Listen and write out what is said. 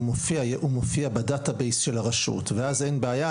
הוא מופיע בדאטה בייס של הרשות ואז אין בעיה,